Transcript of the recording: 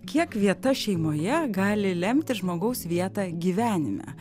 kiek vieta šeimoje gali lemti žmogaus vietą gyvenime